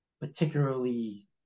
particularly